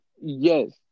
Yes